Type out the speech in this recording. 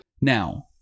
now